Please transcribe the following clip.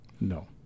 No